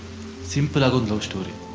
simple love and story.